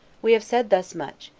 we have said thus much,